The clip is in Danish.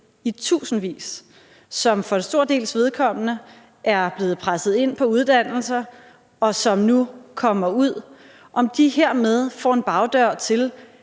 i tusindvis, og som for en stor dels vedkommende er blevet presset ind på uddannelser og nu kommer ud, hermed får en bagdør til